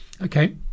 Okay